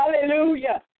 Hallelujah